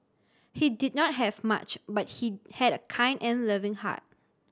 he did not have much but he had a kind and loving heart